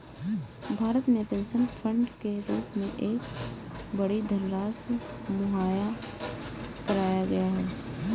भारत में pension fund के रूप में एक बड़ी धनराशि मुहैया कराया गया है